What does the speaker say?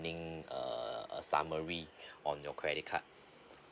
err summary on your credit card